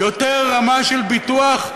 יותר רמה של ביטוח,